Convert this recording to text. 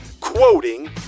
quoting